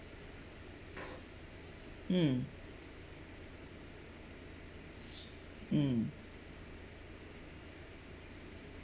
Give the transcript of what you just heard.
mm mm